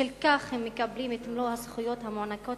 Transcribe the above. ובשל כך הם מקבלים את מלוא הזכויות המוענקות